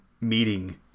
meeting